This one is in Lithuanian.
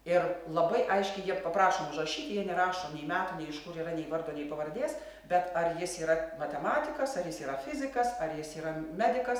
ir labai aiškiai jie paprašom užrašyti jie nerašo nei metų nei iš kur yra nei vardo nei pavardės bet ar jis yra matematikas ar jis yra fizikas ar jis yra medikas